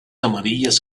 amarillas